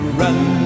run